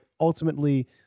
ultimately